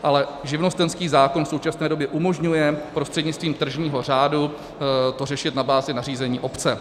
Ale živnostenský zákon v současné době umožňuje prostřednictvím tržního řádu řešit to na bázi nařízení obce.